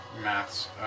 maths